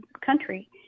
country